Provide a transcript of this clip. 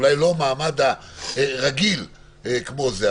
אולי לא המעמד הרגיל כמו זה,